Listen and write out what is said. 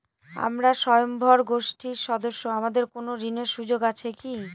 আমরা স্বয়ম্ভর গোষ্ঠীর সদস্য আমাদের কোন ঋণের সুযোগ আছে কি?